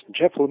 Jeff